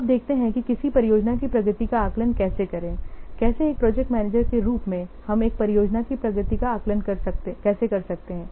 अब देखते हैं कि किसी परियोजना की प्रगति का आकलन कैसे करें कैसे एक प्रोजेक्ट मैनेजर के रूप में हम एक परियोजना की प्रगति का आकलन कैसे कर सकते हैं